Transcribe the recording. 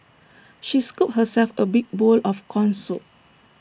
she scooped herself A big bowl of Corn Soup